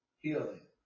healing